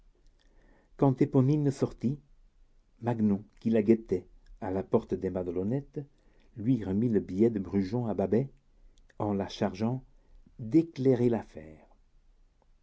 quand éponine sortit magnon qui la guettait à la porte des madelonnettes lui remit le billet de brujon à babet en la chargeant d'éclairer l'affaire